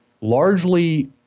largely